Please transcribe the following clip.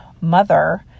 mother